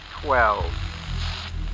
twelve